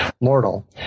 mortal